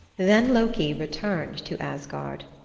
then loki returned to asgard.